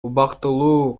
убактылуу